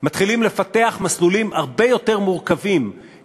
מתחילים לפתח מסלולים הרבה יותר מורכבים,